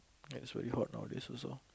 and it's very hot nowadays also